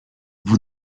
vous